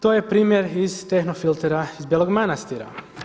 To je primjer iz Tehnofiltera iz Belog Manastira.